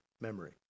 memory